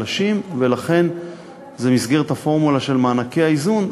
ולכן זה במסגרת הפורמולה של מענקי האיזון,